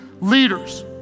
leaders